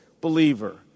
believer